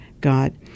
God